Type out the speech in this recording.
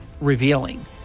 revealing